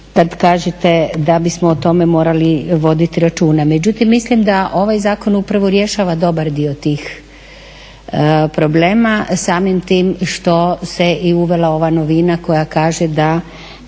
da bismo o tome morali voditi računa. Međutim, mislim da ovaj zakon upravo rješava dobar dio tih problema samim tim što se i uvela ova novina koja kaže da